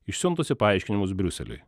išsiuntusi paaiškinimus briuseliui